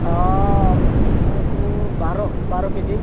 ଆମକୁ ବାର ବାର କେଜି